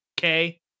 Okay